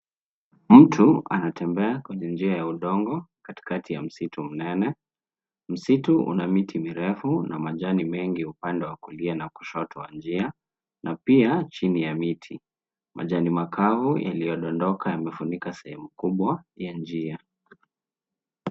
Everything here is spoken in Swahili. Mtu anatembea kwenye njia ya udongo katikati ya msitu mnene. Msitu una miti mirefu na majani mengi upande wa kulia na kushoto wa njia na pia chini ya miti. Majani makavu yaliyodondoka yamefunika sehemu kubwa ya njia.